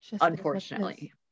unfortunately